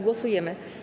Głosujemy.